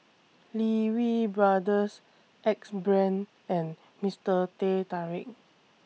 Lee Wee Brothers Axe Brand and Mister Teh Tarik